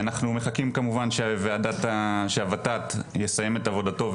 אנחנו מחכים כמובן שה-ות"ת יסיים את עבודתו,